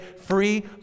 free